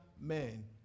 men